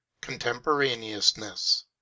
contemporaneousness